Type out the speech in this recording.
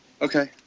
Okay